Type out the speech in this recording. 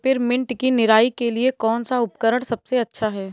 Peppermint की निराई के लिए कौन सा उपकरण सबसे अच्छा है?